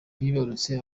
bibarutse